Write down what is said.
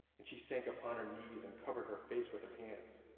and she sank upon her knees and covered her face with her hands.